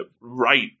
right